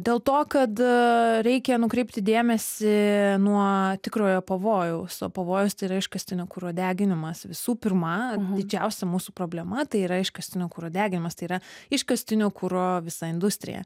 dėl to kada reikia nukreipti dėmesį nuo tikrojo pavojaus o pavojus tai yra iškastinio kuro deginimas visų pirma didžiausia mūsų problema tai yra iškastinio kuro deginimas tai yra iškastinio kuro visa industrija